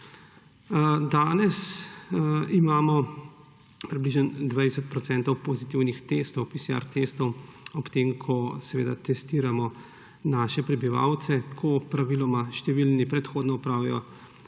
Danes imamo približno 20 % pozitivnih testov PCR, ob tem ko testiramo naše prebivalce, ko praviloma številni predhodno opravijo